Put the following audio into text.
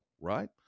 right